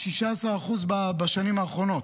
16% בשנים האחרונות.